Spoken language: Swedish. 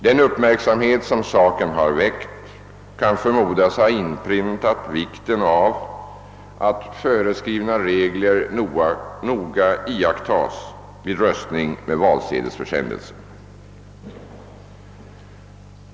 Den uppmärksamhet som saken har väckt kan förmodas ha inpräntat vikten av att föreskrivna regler noga iakttas vid röstning med valsedelsförsändelse.